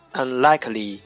unlikely